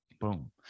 Boom